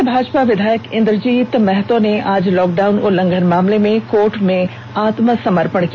सिंदरी से भाजपा विधायक इंद्रजीत महतो ने आज लॉकडाउन उल्लंघन मामले में कोर्ट में आत्मसमर्पण किया